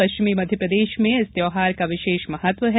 पश्चिमी मध्यप्रदेश में इस त्यौहार का विशेष महत्व है